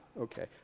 Okay